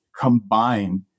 combine